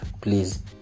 please